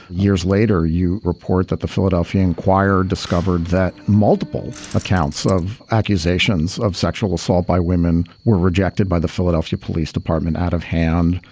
years later, you report that the philadelphia enquirer discovered that multiple accounts of accusations of sexual assault by women were rejected by the philadelphia police department out of hand.